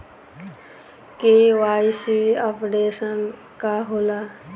KYC updation का होला?